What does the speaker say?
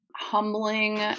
humbling